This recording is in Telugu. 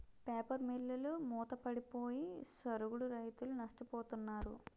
పేపర్ మిల్లులు మూతపడిపోయి సరుగుడు రైతులు నష్టపోతున్నారు